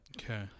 Okay